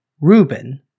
Reuben